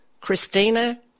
Christina